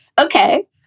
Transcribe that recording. okay